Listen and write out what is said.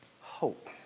hope